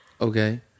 Okay